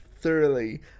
thoroughly